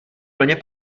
plně